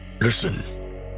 Listen